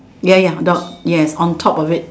ya ya the yes on top of it